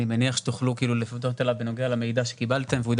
אני מניח שתוכלו לפנות אליו בנוגע למידע שקיבלתם והוא יידע